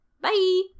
Bye